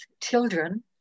children